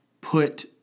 put